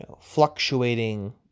fluctuating